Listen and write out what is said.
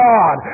God